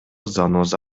заноза